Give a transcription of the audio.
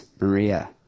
Maria